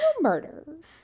murders